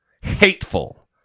Hateful